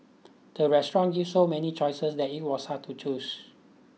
the restaurant gave so many choices that it was hard to choose